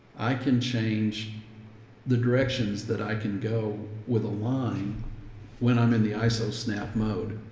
i can change the directions that i can go with a line when i'm in the iso snap mode.